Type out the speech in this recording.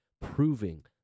proving